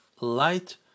light